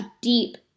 deep